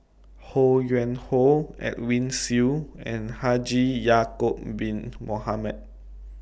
Ho Yuen Hoe Edwin Siew and Haji Ya'Acob Bin Mohamed